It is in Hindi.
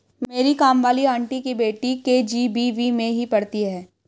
मेरी काम वाली आंटी की बेटी के.जी.बी.वी में ही पढ़ती है